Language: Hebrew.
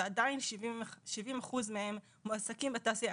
ועדיין 70 אחוז מהם מועסקים בתעשייה.